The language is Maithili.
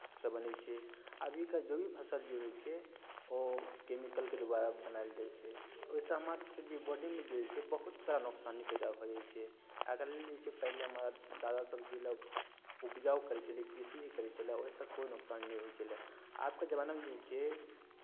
सँ बनै छै अभीके जे भी फसल जे होइ छै ओ कैमिकलके द्वारा बनायल जाइत छै ओहिसँ हमरासभके जे बॉडीमे जे होइ छै बहुत सारा नोकसानी पैदा भऽ जाइ छै आइ काल्हि जे छै पहिले हमर दादासभ जाहि लए उपजाउ करैत छलै कृषि जे करै छलै ओहिसँ कोइ नोकसानी नहि होइ छलै आबके जमानामे जे छै